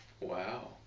Wow